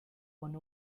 one